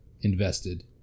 invested